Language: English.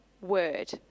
word